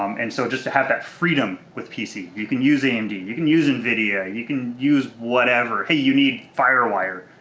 um and so just to have that freedom with pc, you can use amd, you you can use nvidea, you can use whatever. hey, you need firewire,